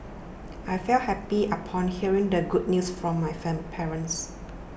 I felt happy upon hearing the good news from my fan parents